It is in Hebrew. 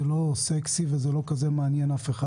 זה לא סקסי וזה לא כזה מעניין את אף אחד.